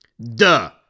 Duh